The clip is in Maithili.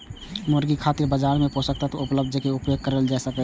मुर्गी खातिर बाजार मे पोषक तत्व उपलब्ध छै, जेकर उपयोग कैल जा सकैए